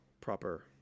proper